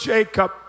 Jacob